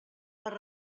per